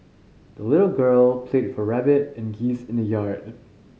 the little girl played her rabbit and geese in the yard